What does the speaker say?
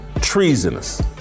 treasonous